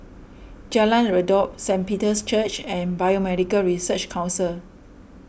Jalan Redop Saint Peter's Church and Biomedical Research Council